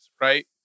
right